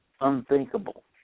unthinkable